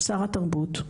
שר התרבות,